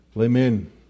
Amen